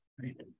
right